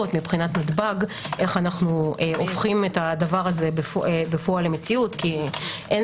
מבחינת נתב"ג איך אנו הופכים את זה למציאות כי אין